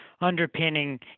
underpinning